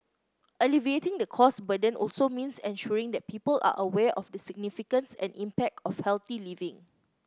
alleviating the cost burden also means ensuring that people are aware of the significance and impact of healthy living